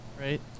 Right